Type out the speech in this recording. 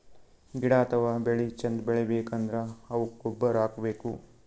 ಗಿಡ ಅಥವಾ ಬೆಳಿ ಚಂದ್ ಬೆಳಿಬೇಕ್ ಅಂದ್ರ ಅವುಕ್ಕ್ ಗೊಬ್ಬುರ್ ಹಾಕ್ಬೇಕ್